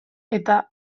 eta